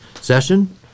session